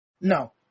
No